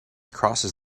crosses